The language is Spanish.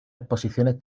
exposiciones